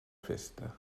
festa